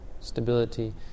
stability